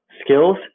skills